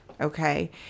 Okay